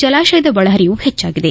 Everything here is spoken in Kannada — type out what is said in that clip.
ಜಲಾಶಯದ ಒಳಪರಿವು ಹೆಚ್ಚಾಗಿದೆ